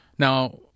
Now